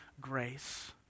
grace